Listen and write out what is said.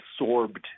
absorbed